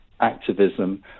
activism